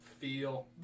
feel